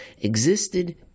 existed